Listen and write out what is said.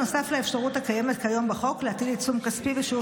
נוסף לאפשרות הקיימת היום בחוק להטיל עיצום כספי בשיעור